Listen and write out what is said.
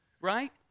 right